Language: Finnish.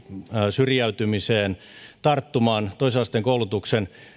syrjäytymiseen tarttumaan toisen asteen koulutuksen